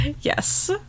Yes